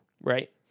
right